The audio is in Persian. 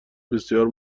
بسیار